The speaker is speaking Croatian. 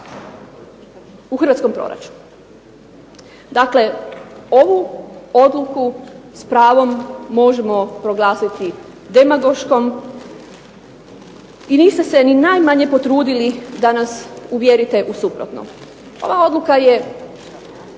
u Hrvatskom proračunu. Dakle, ovu Odluku s pravom možemo proglasiti demagoškom i niste se ni najmanje potrudili da nas uvjerite u suprotno. Ova odluka je